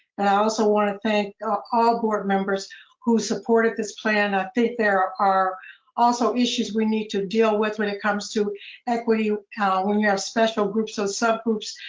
and i also wanna thank all board members who supported this plan. ah i think there are also issues we need to deal with when it comes to equity, when we have special groups, or subgroups,